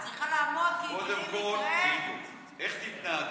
את צריכה לעמוד, קודם כול, איך תתנהגי.